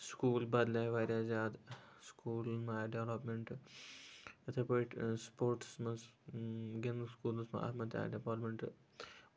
school بَدلے واریاہ زیادٕ سٔکوٗلَن منٛز آیہِ ڈیولَپمینٹ یِتھے پٲٹھۍ سٔپوٹسَس منٛز گِندنَس سٔکوٗلَس منٛز اَتھ منٛز تہِ آیہِ ڈِپارٹمینٹ